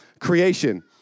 creation